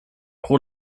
pro